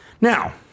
Now